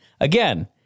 again